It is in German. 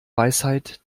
weisheit